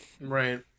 right